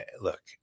look